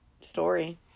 story